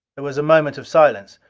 there was a moment of silence.